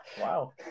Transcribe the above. Wow